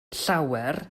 llawer